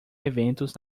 eventos